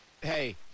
Hey